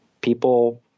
people